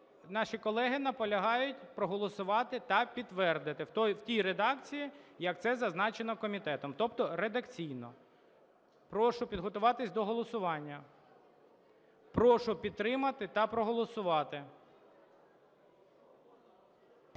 наші колеги наполягають проголосувати та підтвердити в тій редакції, як це зазначено комітетом, тобто редакційно. Прошу підготуватись до голосування. Прошу підтримати та проголосувати.